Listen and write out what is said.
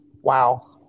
Wow